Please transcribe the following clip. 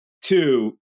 two